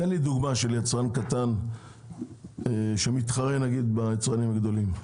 תן דוגמה ליצרן קטן שמתחרה ביצרנים הגדולים.